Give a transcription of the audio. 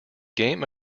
game